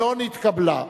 לא נתקבלה.